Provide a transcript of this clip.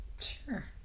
Sure